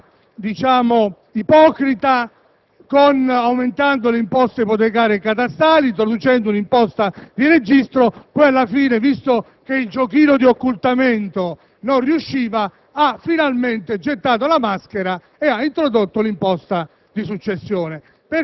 il decreto-legge, di reintrodurla in maniera surrettizia, ipocrita diciamo, aumentando le imposte ipotecarie e catastali, introducendo un'imposta di registro. Alla fine, visto che il giochino di occultamento non riusciva,